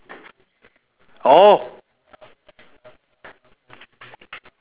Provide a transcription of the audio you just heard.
oh